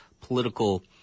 political